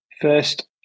first